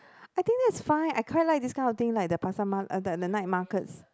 I think that's fine I quite like these kind of thing like the pasar mal~ the the night markets